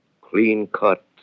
clean-cut